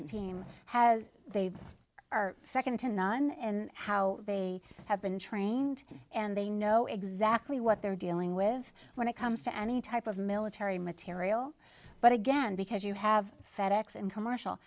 team has they are second to none and how they have been trained and they know exactly what they're dealing with when it comes to any type of military material but again because you have fed ex and commercial